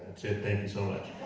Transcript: it, thank you so much.